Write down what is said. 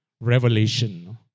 revelation